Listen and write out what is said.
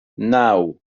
naŭ